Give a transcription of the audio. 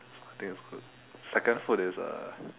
so I think it's good second food is uh